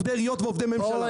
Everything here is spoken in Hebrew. עובדי עיריות או ממשלה -- אורן,